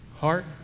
heart